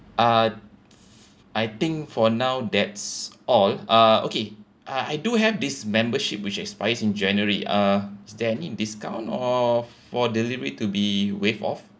ah I think for now that's all uh okay I do have this membership which expires in january uh is there any discount or for delivery to be waive off